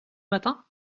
matin